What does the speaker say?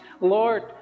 Lord